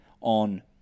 on